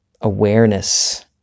awareness